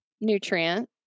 nutrient